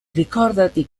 ricordati